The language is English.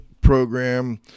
program